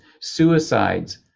suicides